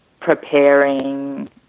preparing